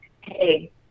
hey